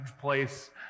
place